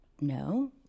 No